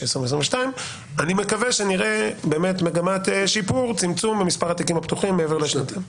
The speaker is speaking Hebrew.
אני מקווה שנראה מגמת צמצום במספר התיקים הפתוחים מעבר לשנתיים.